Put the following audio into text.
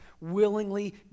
willingly